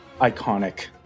iconic